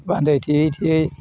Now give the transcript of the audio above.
बान्दो थेयै थेयै